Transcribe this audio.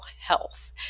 health